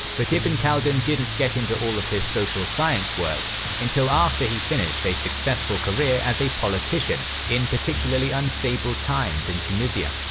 but ibn khaldun didn't get into all of his social science work until after he finished a successful career as a politician in particularly unstable times in tunisia.